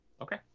okay